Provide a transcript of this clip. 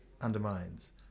undermines